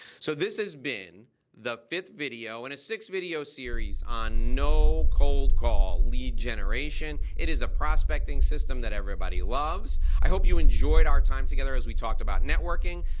so this has been the fifth video in a six video series on no cold call lead generation. it is a prospecting system that everybody loves. i hope you enjoyed our time together as we talked about networking.